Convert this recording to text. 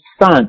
son